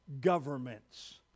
governments